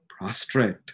prostrate